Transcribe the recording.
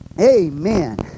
Amen